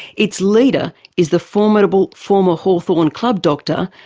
its leader is the formidable former hawthorn club doctor,